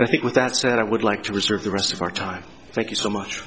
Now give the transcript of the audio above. and i think with that said i would like to reserve the rest of our time thank you so much